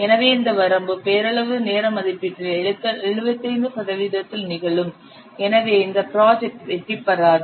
எனவே இந்த வரம்பு பெயரளவு நேர மதிப்பீட்டில் 75 சதவிகிதத்தில் நிகழும் எனவே இந்த ப்ராஜெக்ட் வெற்றிபெறாது